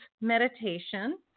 meditation